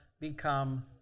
become